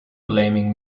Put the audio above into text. blaming